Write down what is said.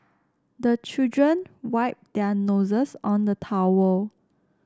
the children wipe their noses on the towel